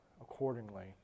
accordingly